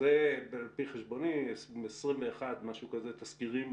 שלפי חשבוני זה כ-21 תסקירים